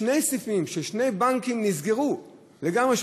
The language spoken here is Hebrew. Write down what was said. שני סניפים של שני בנקים נסגרו לגמרי.